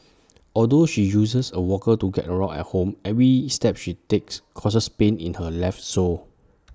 although she uses A walker to get around at home every step she takes causes pain in her left sole